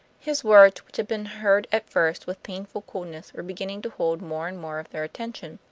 his words, which had been heard at first with painful coldness were beginning to hold more and more of their attention.